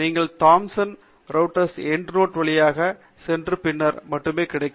நீங்கள் Thomson Reuters சொந்தமான EndNote portal வழியாக சென்று பின்னர் மட்டுமே கிடைக்கும்